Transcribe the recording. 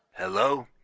hello.